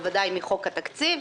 בוודאי מחוק התקציב,